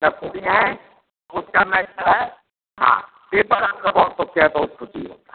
सबको दिए हैं उसका मैटर है हाँ पेपर आपका बहुत ओक्के है बहुत ख़ुशी है